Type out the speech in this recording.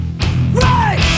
Right